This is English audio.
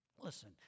listen